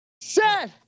Set